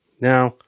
Now